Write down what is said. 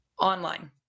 online